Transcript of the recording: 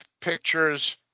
Pictures